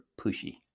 pushy